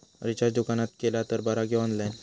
Recharge दुकानात केला तर बरा की ऑनलाइन?